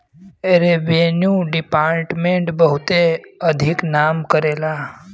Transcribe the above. revenue department बहुते अधिक नाम करेला